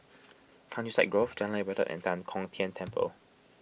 Countryside Grove Jalan Ibadat and Tan Kong Tian Temple